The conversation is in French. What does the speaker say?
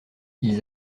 ils